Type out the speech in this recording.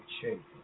shape